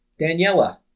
Daniela